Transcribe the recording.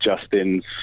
Justin's